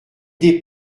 des